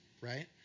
right